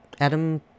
Adam